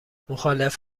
مخالف